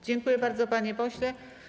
Dziękuję bardzo, panie pośle.